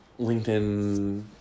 LinkedIn